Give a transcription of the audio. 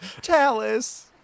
Chalice